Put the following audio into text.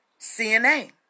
CNA